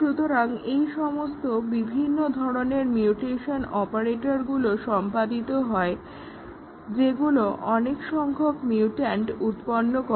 সুতরাং এই সমস্ত বিভিন্ন ধরনের মিউটেশন অপারেটরগুলো সম্পাদিত হয় যেগুলো অনেক সংখ্যক মিউট্যান্ট উৎপন্ন করে